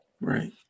Right